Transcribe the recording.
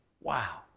Wow